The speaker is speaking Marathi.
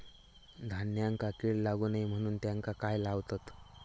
धान्यांका कीड लागू नये म्हणून त्याका काय लावतत?